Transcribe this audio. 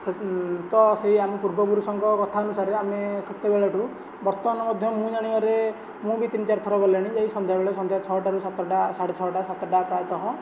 ତ ସେ ଆମ ପୂର୍ବ ପୁରୁଷଙ୍କ କଥା ଅନୁସାରେ ଆମେ ସେତେବେଳଠୁ ବର୍ତ୍ତମାନ ମଧ୍ୟ ମୁଁ ଜାଣିବାରେ ମୁଁ ବି ତିନି ଚାରି ଥର ଗଲିଣି ଯାଇକି ସନ୍ଧ୍ୟା ବେଳେ ଛଅଟା ସାତଟାରୁ ସାଢ଼େ ଛଅଟା ସାତଟା ପ୍ରାୟତଃ